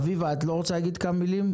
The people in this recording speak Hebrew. אביבה, את לא רוצה להגיד כמה מילים?